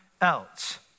else